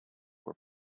were